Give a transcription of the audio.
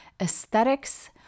Aesthetics